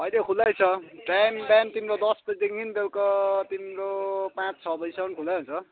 अहिले खुल्लै छ टाइम बिहान तिम्रो दस बजीदेखि बेलुका तिम्रो पाँच छ बजीसम्म खुल्लै हुन्छ